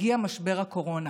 הגיע משבר הקורונה.